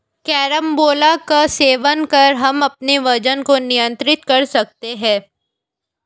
carambola का सेवन कर हम अपने वजन को नियंत्रित कर सकते हैं